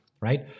right